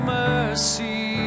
mercy